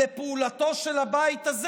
לפעולתו של הבית הזה.